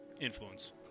influence